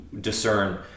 discern